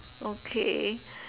okay